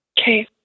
Okay